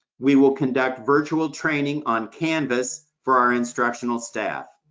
we will conduct virtual training on canvas for our instructional staff.